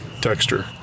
texture